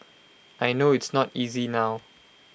I know it's not easy now